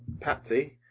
Patsy